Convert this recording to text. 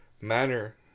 manner